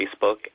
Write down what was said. Facebook